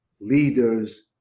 leaders